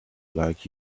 like